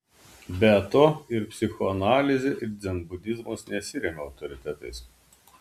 be to ir psichoanalizė ir dzenbudizmas nesiremia autoritetais